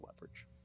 leverage